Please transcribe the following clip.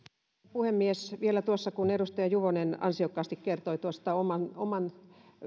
puhemies kun edustaja juvonen tuossa ansiokkaasti kertoi tuosta oman oman